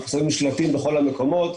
אנחנו שמים שלטים בכל המקומות,